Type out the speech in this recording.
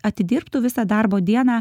atidirbtų visą darbo dieną